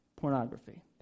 pornography